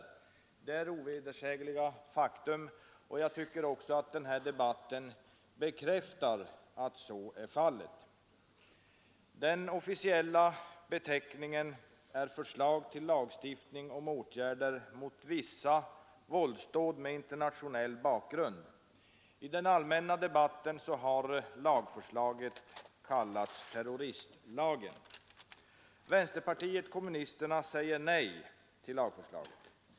Detta är ovedersägliga fakta, och jag tycker att denna debatt bekräftar att så är. Den officiella beteckningen på lagförslaget är ”Förslag till lag om särskilda åtgärder till förebyggande av vissa våldsdåd med internationell bakgrund”. I den allmänna debatten har lagförslaget kallats terroristlagen. Vänsterpartiet kommunisterna säger nej till förslaget.